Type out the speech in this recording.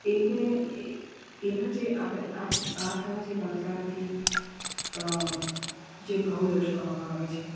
એ એના જે આંખ આંખના જે પલકારાથી જે ભાવ દર્શાવવામાં આવે છે